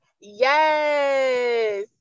Yes